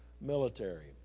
military